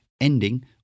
ending